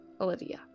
Olivia